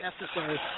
necessary